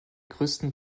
größten